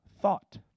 thought